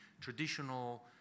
traditional